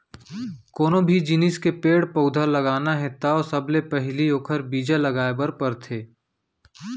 कोनो भी जिनिस के पेड़ पउधा लगाना हे त सबले पहिली ओखर बीजा लगाए बर परथे